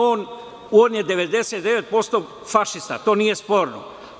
On je 99% fašista, to nije sporno.